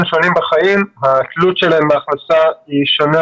שונים בחיים והתלות שלהם בהכנסה היא שונה,